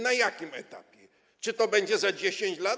Na jakim etapie, czy to będzie za 10 lat?